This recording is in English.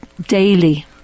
daily